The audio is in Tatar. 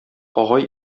агай